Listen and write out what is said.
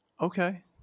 Okay